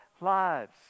lives